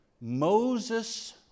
Moses